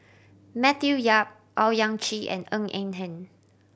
Matthew Yap Owyang Chi and Ng Eng Hen